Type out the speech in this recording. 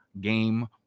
game